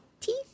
teeth